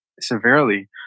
severely